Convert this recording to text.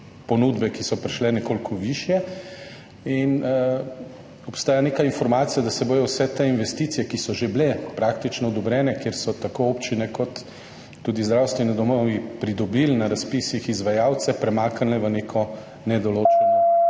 ponudbe, ki so prišle, nekoliko višje. In obstaja neka informacija, da se bodo vse te investicije, ki so že bile praktično odobrene in so tako občine kot tudi zdravstveni domovi pridobili na razpisih izvajalce, premaknile v neko nedoločeno